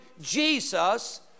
Jesus